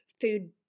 food